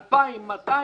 2,200-2,300.